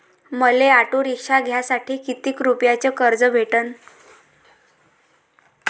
मले auto rickshaw घ्यासाठी कितीक रुपयाच कर्ज भेटनं?